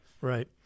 right